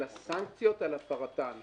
אלא סנקציות על הפרתן.